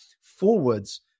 forwards